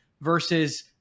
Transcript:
versus